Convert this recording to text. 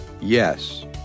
Yes